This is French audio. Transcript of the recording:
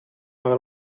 par